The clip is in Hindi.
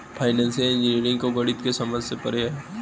फाइनेंशियल इंजीनियरिंग का गणित मेरे समझ से परे है